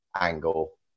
angle